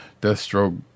Deathstroke